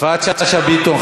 יפעת שאשא ביטון,